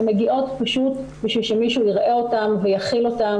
הן מגיעות פשוט בשביל שמישהו יראה אותן ויכיל אותן